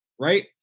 right